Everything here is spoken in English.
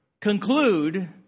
conclude